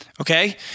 Okay